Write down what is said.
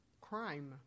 crime